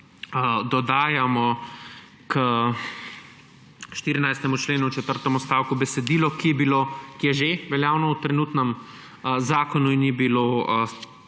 dodajamo k 14. členu, četrtemu odstavku, besedilo, ki je že veljavno v trenutnem zakonu in ni bilo